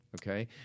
okay